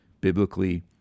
biblically